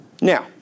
Now